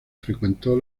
frecuentó